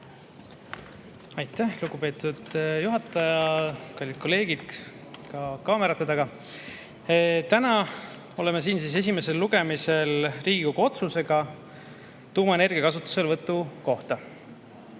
Aitäh, lugupeetud juhataja! Kallid kolleegid, ka kaamerate taga! Täna oleme siin esimesel lugemisel Riigikogu otsusega tuumaenergia kasutuselevõtu kohta.